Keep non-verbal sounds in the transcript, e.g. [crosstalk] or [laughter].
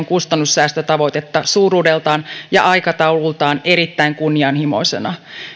[unintelligible] kustannussäästötavoitetta suuruudeltaan ja aikataulultaan erittäin kunnianhimoisena